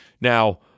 Now